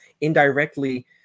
indirectly